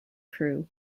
crew